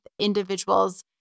individuals